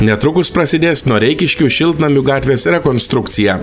netrukus prasidės noreikiškių šiltnamių gatvės rekonstrukcija